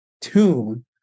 tune